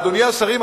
רבותי השרים,